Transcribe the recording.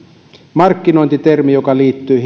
markkinointitermi joka liittyy